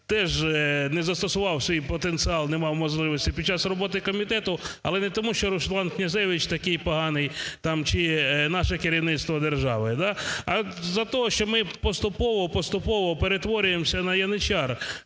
теж не застосував свій потенціал, не мав можливості під час роботи комітету, але не тому, що Руслан Князевич такий поганий там, чи наше керівництво держави, да, а з-за того, що ми поступово-поступово перетворюємося на яничар,